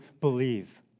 believe